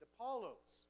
Apollos